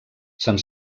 sant